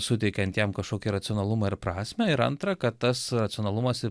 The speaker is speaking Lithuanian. suteikiant jam kažkokį racionalumą ir prasmę ir antra kad tas racionalumas ir